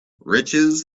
riches